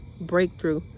breakthrough